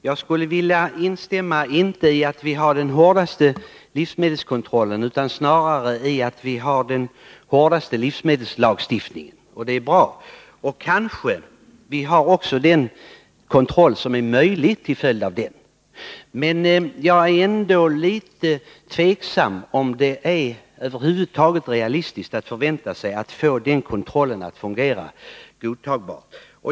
Herr talman! Jag vill inte säga att vi har den hårdaste livsmedelskontrollen utan snarare den hårdaste livsmedelslagstiftningen. Det är bra. Kanske vi också har den kontroll som är möjlig till följd av den. Men jag är ändå litet tveksam till om det över huvud taget är realistiskt att förvänta sig att den kontrollen skall fungera godtagbart.